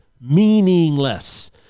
meaningless